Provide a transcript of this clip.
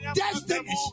destiny